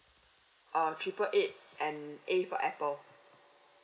triple eight and a for apple